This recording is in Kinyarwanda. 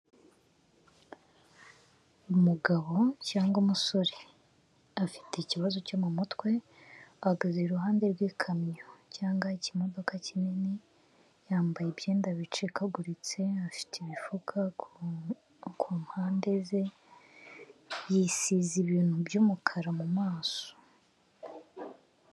Umugabo cyangwa umusore afite ikibazo cyo mu mutwe, ahagazeiruhande rw'ikamyo cyangwa ikimodoka kinini, yambaye ibyenda bicikaguritse, afite imifuka ku mpande ze, yisize ibintu by'umukara mu maso.